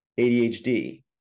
ADHD